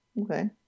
Okay